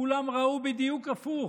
כולם ראו בדיוק הפוך: